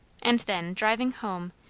and then, driving home,